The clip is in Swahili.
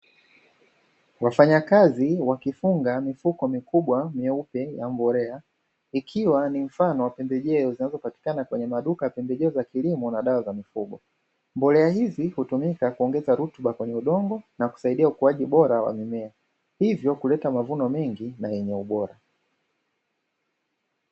Wafanyakazi wakifunga mifuko mikubwa meupe ya mbolea, ikiwa ni mfano wa pembejeo zinazopatikana kwenye maduka pembejeo za kilimo na dawa za mifugo mbolea hizi hutumika kuongeza rutuba kwenye udongo na kusaidia ukuaji bora wa mimea hivyo kuleta mavuno mengi na yenye ubora.